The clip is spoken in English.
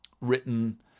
written